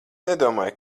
nedomāju